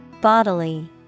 Bodily